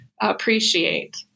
appreciate